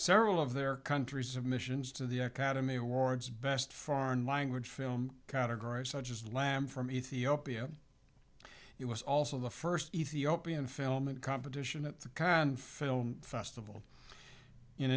several of their countries of missions to the academy awards best foreign language film category such as lamb from ethiopia it was also the first ethiopian film and competition at the cannes film festival in